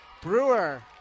Brewer